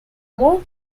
more